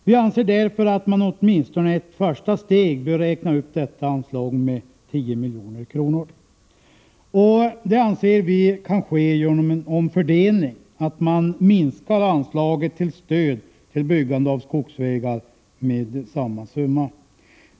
Vi anser därför att man i ett första steg bör räkna upp anslaget med 10 milj.kr. Detta anser vi kan ske genom den omfördelningen att anslaget till stöd till byggande av skogsvägar minskas med samma belopp.